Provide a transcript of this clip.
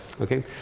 Okay